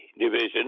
division